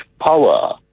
power